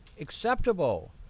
acceptable